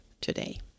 today